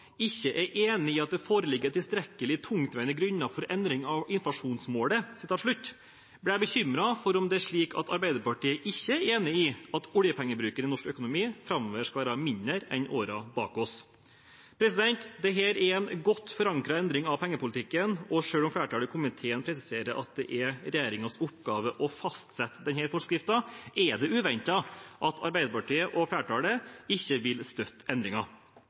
i at det foreligger tilstrekkelig tungtveiende grunner for den endring av inflasjonsmålet», blir jeg bekymret for om det er slik at Arbeiderpartiet ikke er enig i at oljepengebruken i norsk økonomi framover skal være mindre enn årene bak oss. Dette er en godt forankret endring av pengepolitikken, og selv om flertallet i komiteen presiserer at det er regjeringens oppgave å fastsette denne forskriften, er det uventet at Arbeiderpartiet og flertallet ikke vil støtte